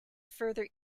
further